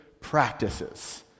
practices